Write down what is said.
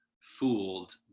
fooled